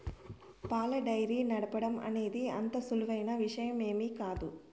పాల డెయిరీ నడపటం అనేది అంత సులువైన విషయమేమీ కాదు